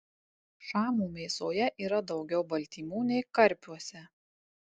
šamų mėsoje yra daugiau baltymų nei karpiuose